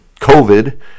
COVID